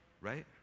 right